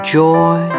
joy